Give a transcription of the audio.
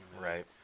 Right